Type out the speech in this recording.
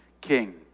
king